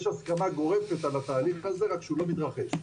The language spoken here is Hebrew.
יש הסכמה גורפת על התהליך הזה, רק שהוא לא מתרחש.